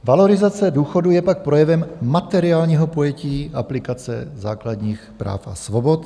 Valorizace důchodů je pak projevem materiálního pojetí aplikace základních práv a svobod.